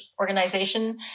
organization